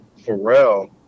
Pharrell